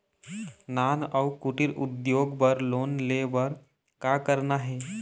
नान अउ कुटीर उद्योग बर लोन ले बर का करना हे?